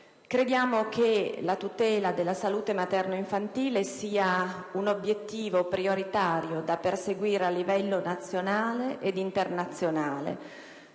Crediamo che la tutela della salute materno-infantile sia un obiettivo prioritario da perseguire a livello nazionale ed internazionale,